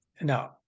now